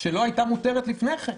שלא הייתה מותרת לפני כן,